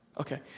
Okay